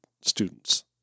students